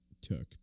Took